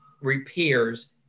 repairs